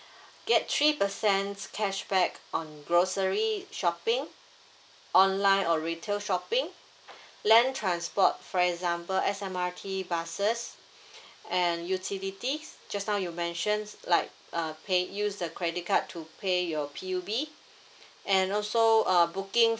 get three percent cashback on grocery shopping online or retail shopping land transport for example S_M_R_T buses and utilities just now you mentioned like uh pay use the credit card to pay your P_U_B and also uh booking